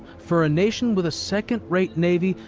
for a nation with a second-rate navy,